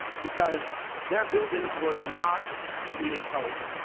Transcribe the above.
because their buildings were not meeting code.